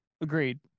Agreed